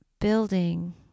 building